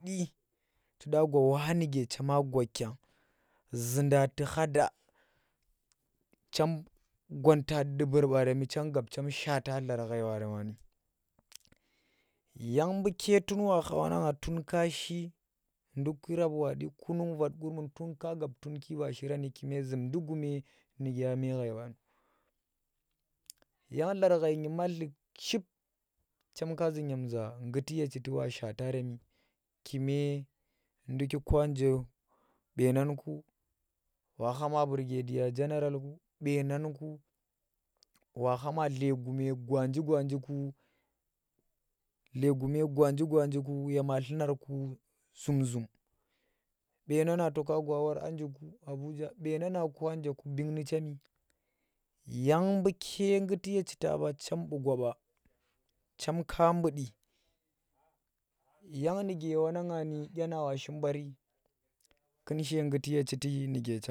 Tu ɗi tu ɗa gwa nuge chema gwakya zunda tu kha da chem ggonta dubur baaremi chem gab chem shaata lar ghai baaremani yang mbuke tun kha wanang tun kashi nduki rap ko kunung, vat, qurmu tun ka shirani kume zumndi gume nuke aa meghai ɓanu, yang dlar ghai nyematli, chip chem ka zu nyemza ngguti ye chiti a shaataremi kha kume ndukikwa nje nuƙe wa kha ma brigedia general ku beenanku wa khama dlegume gwanji gwanji ku yama dlunarku zum zum beenang na to gwa war a ndukku Abuja beenang anje bing nu chemi yang mbuuke ngguti ye chiti ba chem bu̱ gwa ɓa chem nbuddi yang nuke wanang ngani washi baari kunshe ngguti ye chiti nuke chem.